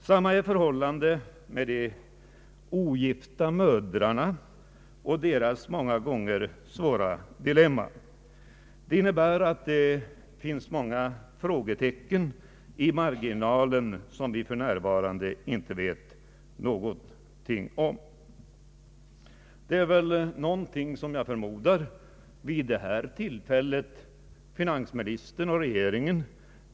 Samma är förhållandet med de ogifta mödrarna som många gånger befinner sig i ett svårt dilemma. Detta innebär att det finns många frågetecken i marginalen. Jag förmodar att detta står tämligen klart för finansministern och regeringen.